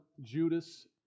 Judas